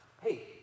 hey